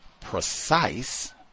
precise